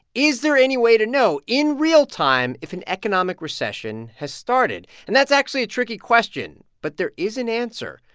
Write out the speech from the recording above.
is there any way to know in real time if an economic recession has started? and that's actually a tricky question, but there is an answer.